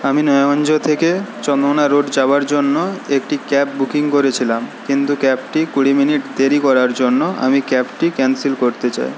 আমি থেকে চন্দ্রকোনা রোড যাওয়ার জন্য একটি ক্যাব বুকিং করেছিলাম কিন্তু ক্যাবটি কুড়ি মিনিট দেরি করার জন্য আমি ক্যাবটি ক্যান্সেল করতে চাই